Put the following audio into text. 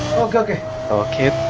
ok ok ok,